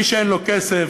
מי שאין לו כסף,